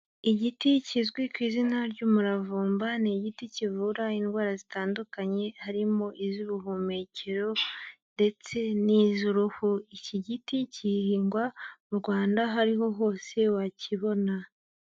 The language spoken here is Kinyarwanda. Igiti kizwi ku izina ry'umuravumba, ni igiti kivura indwara zitandukanye, harimo iz'ubuhumekero, ndetse n'iz'uruhu, iki giti gihingwa mu Rwanda aho ariho hose wakibona.